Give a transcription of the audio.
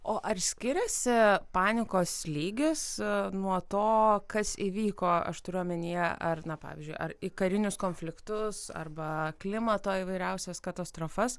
o ar skiriasi panikos lygis nuo to kas įvyko aš turiu omenyje ar na pavyzdžiui ar į karinius konfliktus arba klimato įvairiausias katastrofas